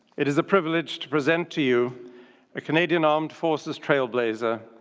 it is a privilege to present to you a canadian armed forces trailblazer,